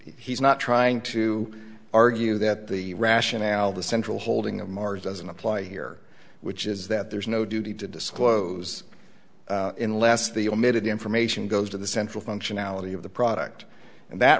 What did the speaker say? he's not trying to argue that the rationale the central holding of mars doesn't apply here which is that there's no duty to disclose in last the omitted information goes to the central functionality of the product